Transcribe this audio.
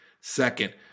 Second